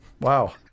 Wow